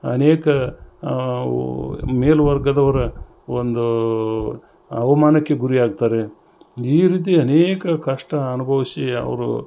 ಅನೇಕ ಮೇಲ್ವರ್ಗದವರ ಒಂದು ಅವಮಾನಕ್ಕೆ ಗುರಿಯಾಗ್ತಾರೆ ಈ ರೀತಿ ಅನೇಕ ಕಷ್ಟ ಅನುಭವ್ಸಿ ಅವರು